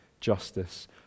justice